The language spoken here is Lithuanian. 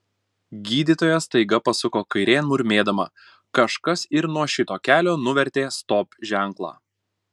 gydytoja staiga pasuko kairėn murmėdama kažkas ir nuo šito kelio nuvertė stop ženklą